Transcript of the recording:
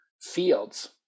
fields